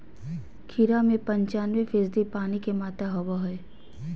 खीरा में पंचानबे फीसदी पानी के मात्रा होबो हइ